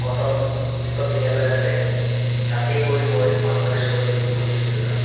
cotton বিশ্ববিদ্যালয় আছে তাতেই গৈ মই মাষ্টাৰ্ছ কৰিম বুলি ভাবিছোঁ দেউতা